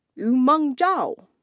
yumeng zhao.